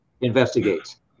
Investigates